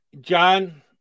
John